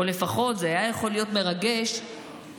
או לפחות זה היה יכול להיות מרגש אילו